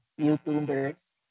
YouTubers